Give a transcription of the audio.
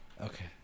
Okay